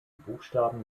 buchstaben